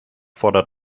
fordert